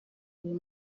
uyu